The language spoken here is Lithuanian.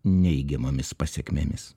neigiamomis pasekmėmis